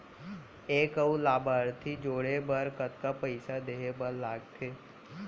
एक अऊ लाभार्थी जोड़े बर कतका पइसा देहे बर लागथे?